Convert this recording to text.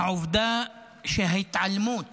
ההתעלמות